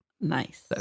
Nice